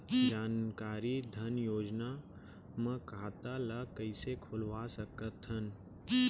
जानकारी धन योजना म खाता ल कइसे खोलवा सकथन?